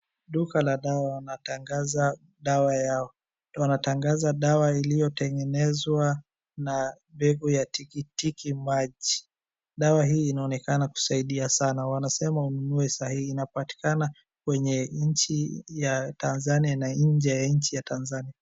Duka la dawa wanatangaza dawa yao na wanatangaza dawa iliyotengenezwa na mbegu ya tikitiki maji. Dawa hii inaonekana kusaidia sana. Wanasema ununue saa hii inapatikana kwenye nchi ya Tanzania na ndani na nje ye nchi ya Tanzania.